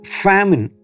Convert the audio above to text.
famine